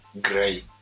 Gray